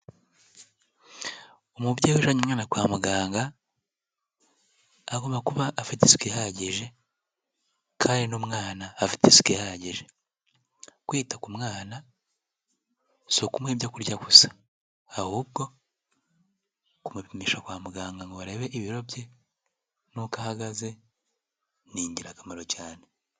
Umubyeyi ujanye umwana kwa muganga agomba kuba afite isuku ihagije kandi n'umwana afite isuku ihagije. Kwita ku mwana si ukumuha ibyo kurya gusa ahubwo kumupimisha kwa muganga ngo barebe ibiro bye n'uko ahagaze ni ingirakamaro cyane.